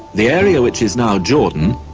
the area which is now jordan,